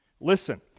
Listen